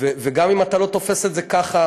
וגם אם אתה לא תופס את זה ככה,